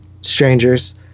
strangers